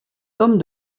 tome